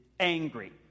angry